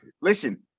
Listen